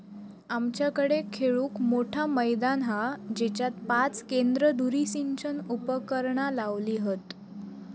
आमच्याकडे खेळूक मोठा मैदान हा जेच्यात पाच केंद्र धुरी सिंचन उपकरणा लावली हत